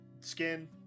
Skin